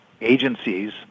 agencies